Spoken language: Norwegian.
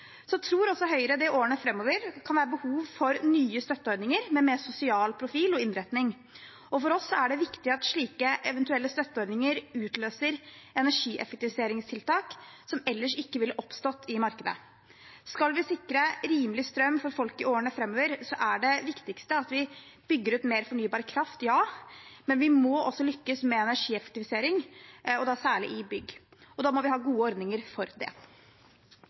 Så tror også Høyre det i årene framover kan være behov for nye støtteordninger med mer sosial profil og innretning. For oss er det viktig at slike eventuelle støtteordninger utløser energieffektiviseringstiltak som ellers ikke ville oppstått i markedet. Skal vi sikre rimelig strøm for folk i årene framover, er det viktigste at vi bygger ut mer fornybar kraft. Men vi må også lykkes med energieffektivisering, og da særlig i bygg, og da må vi ha gode ordninger for det.